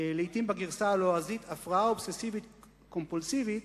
"לעתים בגרסה הלועזית 'הפרעה אובססיבית קומפולסיבית',